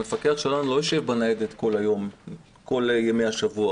המפקח שלנו לא יושב בניידת כל ימי השבוע.